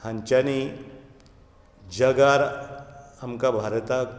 हांच्यानी जगार आमकां भारताक